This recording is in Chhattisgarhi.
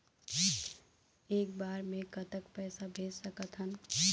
एक बार मे कतक पैसा भेज सकत हन?